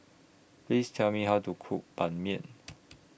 Please Tell Me How to Cook Ban Mian